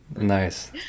Nice